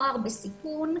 נוער בסיכון.